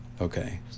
Okay